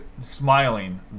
smiling